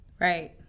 right